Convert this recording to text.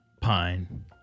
pine